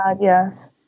Yes